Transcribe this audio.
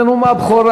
זה נאום הבכורה.